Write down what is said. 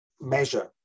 measure